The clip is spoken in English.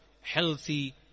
healthy